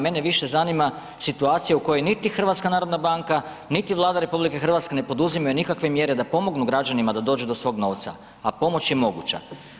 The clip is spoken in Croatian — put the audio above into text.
Mene više zanima situacija u kojoj niti HNB niti Vlada RH ne poduzimaju nikakve mjere da pomognu građanima da dođu do svog novca, a pomoć je moguća.